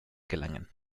gelangen